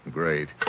great